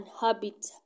habit